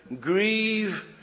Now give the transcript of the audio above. Grieve